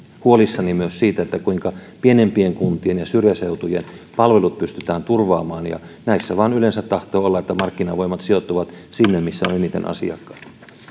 huolissani siitä kuinka pienempien kuntien ja syrjäseutujen palvelut pystytään turvaamaan näissä vain yleensä tahtoo olla niin että markkinavoimat sijoittuvat sinne missä on eniten asiakkaita